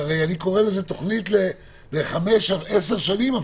אני קורא לזה תוכנית ל-5 עד 10 שנים.